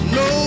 no